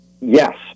Yes